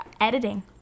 editing